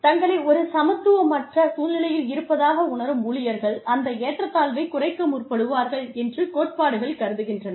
தங்களை ஒரு சமத்துவமற்ற சூழ்நிலையில் இருப்பதாக உணரும் ஊழியர்கள் அந்த ஏற்றத்தாழ்வைக் குறைக்க முற்படுவார்கள் என்று கோட்பாடுகள் கருதுகின்றன